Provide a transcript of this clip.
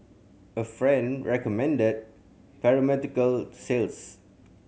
a friend recommended pharmaceutical sales